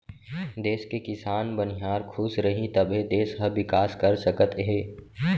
देस के किसान, बनिहार खुस रहीं तभे देस ह बिकास कर सकत हे